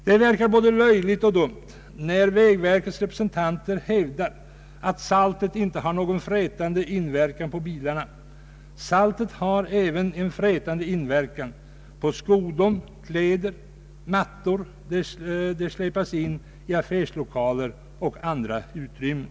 Det verkar både löjligt och dumt när vägverkets representanter hävdar att saltet inte har någon frätande inverkan på bilarna. Saltet har även en frätande inverkan på skodon, kläder och mattor när det släpas in i affärslokaler och andra utrymmen.